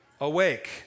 awake